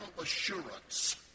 assurance